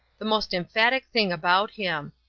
the most emphatic thing about him.